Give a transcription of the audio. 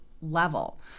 level